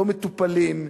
לא מטופלים.